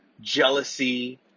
jealousy